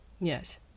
Yes